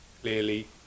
Clearly